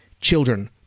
children